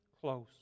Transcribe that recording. close